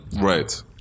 right